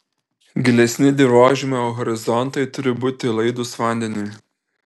gilesni dirvožemio horizontai turi būti laidūs vandeniui